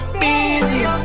busy